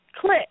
click